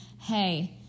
hey